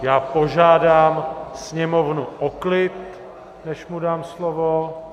Já požádám sněmovnu o klid, než mu dám slovo.